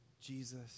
Jesus